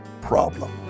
problem